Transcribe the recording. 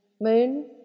moon